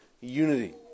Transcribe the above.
unity